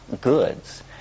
goods